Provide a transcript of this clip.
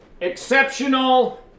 exceptional